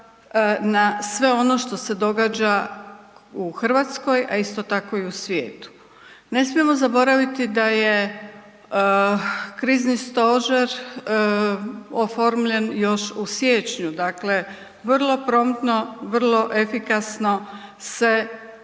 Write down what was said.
na sve ono što se događa u Hrvatskoj a isto tako i u svijetu. Ne smijemo zaboraviti da je Krizni stožer oformljen još u siječnju, dakle vrlo promptno, vrlo efikasno se